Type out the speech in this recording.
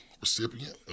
recipient